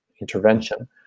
intervention